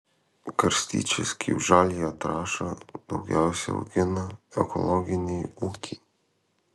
garstyčias kaip žaliąją trąšą daugiausiai augina ekologiniai ūkiai